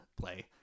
play